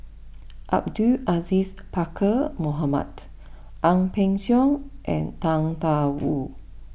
Abdul Aziz Pakkeer Mohamed Ang Peng Siong and Tang Da Wu